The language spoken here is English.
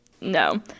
No